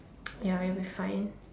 ya it will be fine